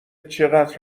چقدر